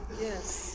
Yes